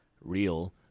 real